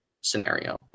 scenario